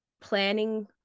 planning